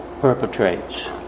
perpetrates